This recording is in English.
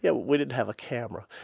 yeah, we didn't have a camera,